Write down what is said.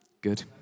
Good